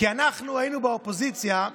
כי אנחנו היינו באופוזיציה,